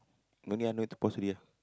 no need ah no need to pause already ah